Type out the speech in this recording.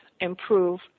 improve